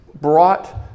brought